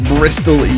Bristol